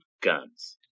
guns